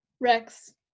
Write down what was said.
rex